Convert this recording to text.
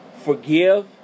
forgive